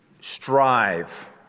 strive